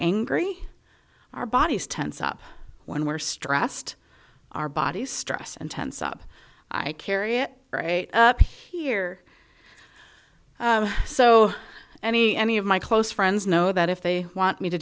angry our bodies tense up when we're stressed our bodies stress and tense up i carry it right up here so any any of my close friends know that if they want me to